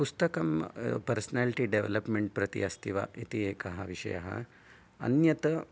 पुस्तकं personality development प्रति अस्ति वा इति एकः विषयः अन्यत्